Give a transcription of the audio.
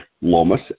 Lomas